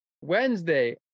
Wednesday